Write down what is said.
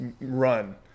run